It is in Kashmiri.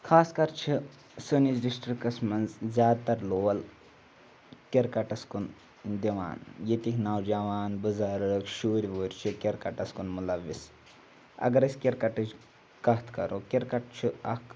خاص کَر چھِ سٲنِس ڈِسٹِرٛکَس منٛز زیادٕ تَر لول کِرکَٹَس کُن دِوان ییٚتِکۍ نوجوان بزرٕگ شُرۍ وُرۍ چھِ کِرکَٹَس کُن مُلوث اگر أسۍ کِرکَٹٕچ کَتھ کَرو کِرکَٹ چھُ اَکھ